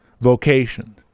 vocation